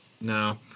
No